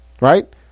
Right